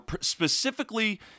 specifically